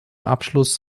abschluss